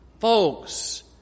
Folks